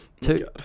Two